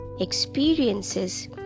experiences